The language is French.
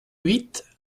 huit